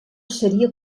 seria